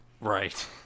Right